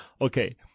Okay